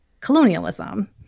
colonialism